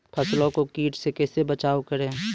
फसलों को कीट से कैसे बचाव करें?